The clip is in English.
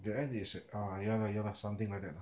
there they sa~ ya lah ya lah something like that lah